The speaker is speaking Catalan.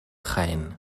jaén